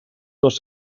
dos